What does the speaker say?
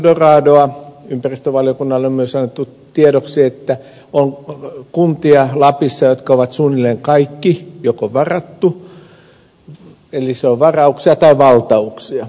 ympäristövaliokunnalle on myös annettu tiedoksi että lapissa on kuntia jotka on suunnilleen kaikki varattu eli on varauksia tai valtauksia